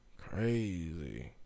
Crazy